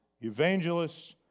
evangelists